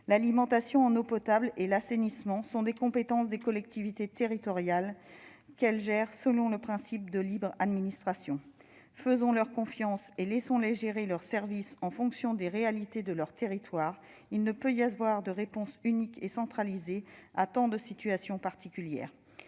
L'alimentation en eau potable et l'assainissement sont des compétences des collectivités territoriales, qu'elles gèrent selon le principe de libre administration. Faisons leur confiance et laissons-les gérer leurs services en fonction des réalités de leurs territoires. Il ne peut y avoir de réponse unique et centralisée à tant de situations particulières.